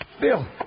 Bill